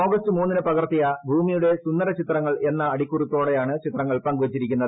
August ദ ന് പകർത്തിയ ഭൂമിയുടെ സുന്ദര ചിത്രങ്ങൾ എന്ന അടിക്കുറിപ്പോടെയാണ് ചിത്രങ്ങൾ പങ്കുവച്ചിരിക്കുന്നത്